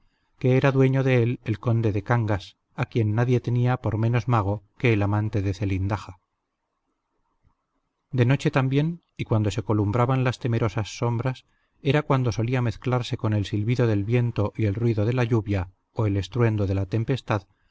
que era dueño de él el conde de cangas a quien nadie tenía por menos mago que el amante de zelindaja de noche también y cuando se columbraban las temerosas sombras era cuando solía mezclarse con el silbido del viento y el ruido de la lluvia o el estruendo de la tempestad